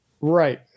Right